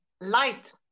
light